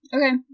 okay